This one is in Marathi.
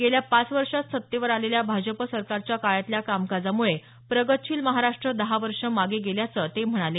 गेल्या पाच वर्षात सत्तेवर आलेल्या भाजप सरकारच्या काळातल्या कामकाजामुळे प्रगतशील महाराष्ट्र दहा वर्ष मागे गेल्याचं ते म्हणाले